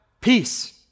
peace